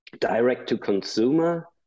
Direct-to-consumer